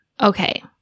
Okay